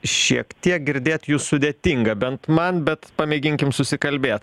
šiek tiek girdėt jus sudėtinga bent man bet pamėginkim susikalbėt